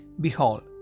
Behold